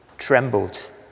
trembled